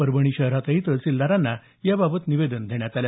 परभणी शहरातही तहसीलदारांना निवेदन देण्यात आलं